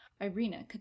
Irina